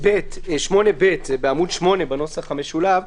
8(ב) בעמ' 8 בנוסח המשולב: